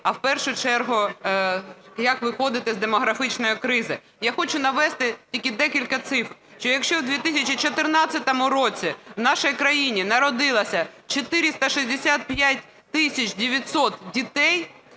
А в першу чергу – як виходити з демографічної кризи. Я хочу навести тільки декілька цифр. Що якщо в 2014 році в нашій країні народилось 465 тисяч 900 дітей,